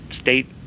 state